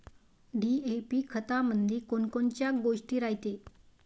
DAP खतामंदी कोनकोनच्या गोष्टी रायते?